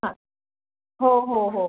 हां हो हो हो